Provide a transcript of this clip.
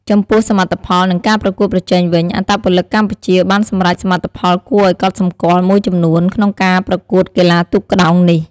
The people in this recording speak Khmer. ចំពោះសមិទ្ធផល និងការប្រកួតប្រជែងវិញ អត្តពលិកកម្ពុជាបានសម្រេចសមិទ្ធផលគួរឲ្យកត់សម្គាល់មួយចំនួនក្នុងការប្រកួតកីឡាទូកក្ដោងនេះ។